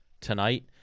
tonight